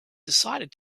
decided